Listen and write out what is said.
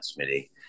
smitty